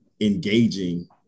engaging